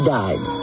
died